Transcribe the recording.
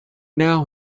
now